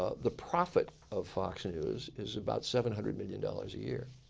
ah the profit of fox news is about seven hundred million dollars a year.